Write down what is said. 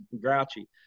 grouchy